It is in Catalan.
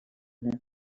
humana